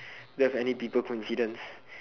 don't have any people coincidence